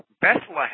Bethlehem